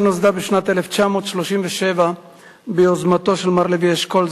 שנוסדה בשנת 1937 ביוזמתו של מר לוי אשכול,